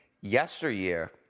yesteryear